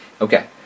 Okay